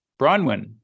Bronwyn